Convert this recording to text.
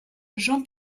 jean